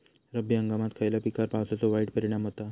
रब्बी हंगामात खयल्या पिकार पावसाचो वाईट परिणाम होता?